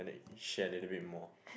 share a little bit more